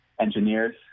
engineers